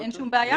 אין שום בעיה,